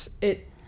It-